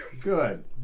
Good